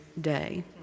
day